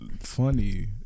funny